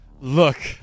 look